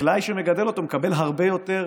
החקלאי שמגדל אותו מקבל הרבה יותר